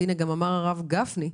כמו שאמר הרב גפני,